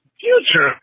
future